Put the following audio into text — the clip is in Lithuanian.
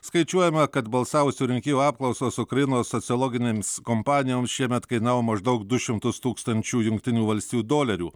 skaičiuojama kad balsavusių rinkėjų apklausos ukrainos sociologinėms kompanijoms šiemet kainavo maždaug du šimtus tūkstančių jungtinių valstijų dolerių